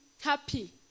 happy